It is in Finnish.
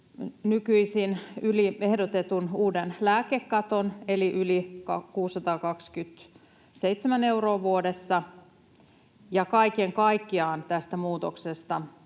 nykyisin yli ehdotetun uuden lääkekaton eli yli 627 euroa vuodessa, ja kaiken kaikkiaan tästä muutoksesta